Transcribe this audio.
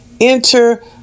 enter